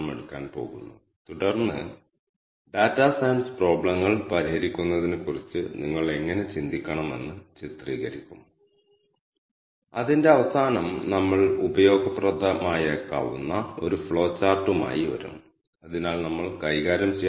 csv format ഫയലിൽ trip trip details dot csv എന്ന പേരിൽ അവനുമായി പങ്കിടുകയും ചെയ്യുന്നു